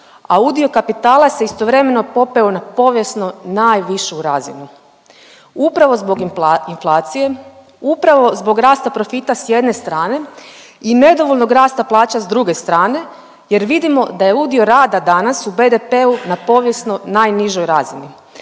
a udio kapitala se istovremeno popeo na povijesno najvišu razinu. Upravo zbog inflacije, upravo zbog rasta profita sa jedne strane i nedovoljnog rasta plaća sa druge strane, jer vidimo da je udio rada danas u BDP-u na povijesno najnižoj razini.